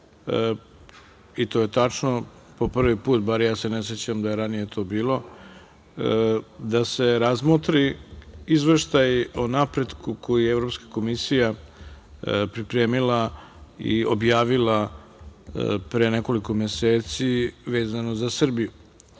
i to je tačno, po prvi put, bar se ja ne sećam da je to bilo ranije, da se razmotri izveštaj o napretku koji je Evropska komisija pripremila i objavila pre nekoliko meseci vezano za Srbiju.U